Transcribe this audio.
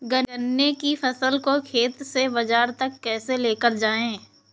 गन्ने की फसल को खेत से बाजार तक कैसे लेकर जाएँ?